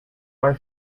bei